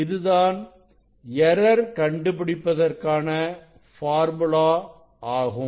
இது தான் எரர் கண்டுபிடிப்பதற்கான பார்முலா ஆகும்